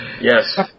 Yes